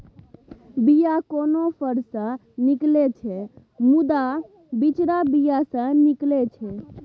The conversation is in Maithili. बीया कोनो फर सँ निकलै छै मुदा बिचरा बीया सँ निकलै छै